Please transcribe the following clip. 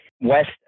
West